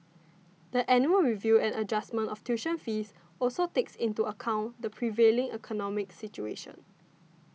the annual review and adjustment of tuition fees also takes into account the prevailing economic situation